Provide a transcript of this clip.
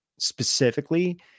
specifically